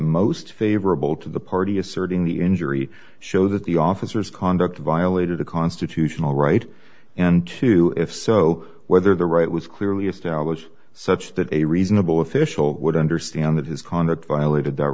most favorable to the party asserting the injury show that the officers conduct violated the constitutional right and to if so whether the right was clearly established such that a reasonable official would understand that his conduct violated that